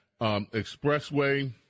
Expressway